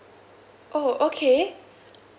oh okay